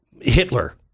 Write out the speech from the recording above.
Hitler